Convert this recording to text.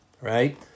right